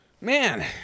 man